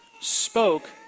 spoke